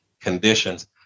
conditions